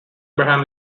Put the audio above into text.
abraham